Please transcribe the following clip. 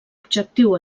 objectiu